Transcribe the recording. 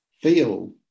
feel